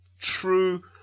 true